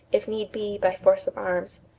if need be, by force of arms.